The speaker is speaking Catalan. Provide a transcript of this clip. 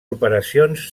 operacions